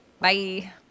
Bye